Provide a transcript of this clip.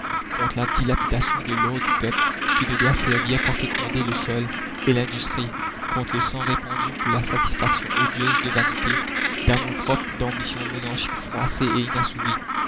contre la dilapidation de l'or du peuple qui ne doit servir qu'à féconder le sol et l'industrie contre le sang répandu pour la satisfaction odieuse de vanité d'amour-propre d'ambitions monarchiques froissées et